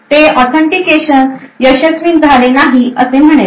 ते ऑथेंटिकेशन यशस्वी झाले नाही असे म्हणेल